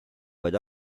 vaid